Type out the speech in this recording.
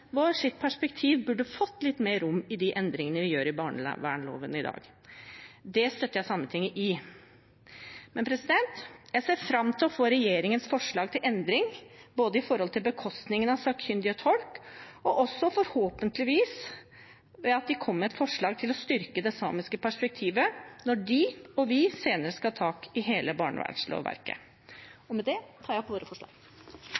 perspektiv burde fått litt mer rom i de endringene vi gjør i barnevernsloven i dag. Det støtter jeg Sametinget i. Men jeg ser fram til å få regjeringens forslag til endring, både når det gjelder bekostning av sakkyndig og tolk, og også forhåpentligvis ved at de kommer med et forslag om å styrke det samiske perspektivet når de og vi senere skal ta tak i hele barnevernslovverket. Med det tar jeg opp våre forslag.